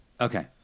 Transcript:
okay